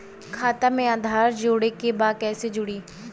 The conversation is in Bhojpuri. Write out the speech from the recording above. खाता में आधार जोड़े के बा कैसे जुड़ी?